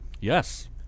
Yes